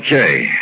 Okay